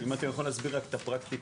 אתה יכול להסביר את הפרקטיקה?